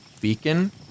beacon